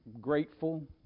grateful